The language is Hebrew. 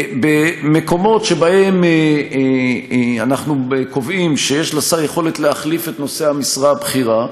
במקומות שבהם אנחנו קובעים שיש לשר יכולת להחליף את נושא המשרה הבכירה,